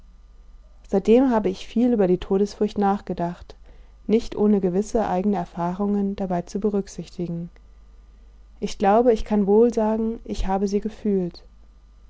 seitdem habe ich viel über die todesfurcht nachgedacht nicht ohne gewisse eigene erfahrungen dabei zu berücksichtigen ich glaube ich kann wohl sagen ich habe sie gefühlt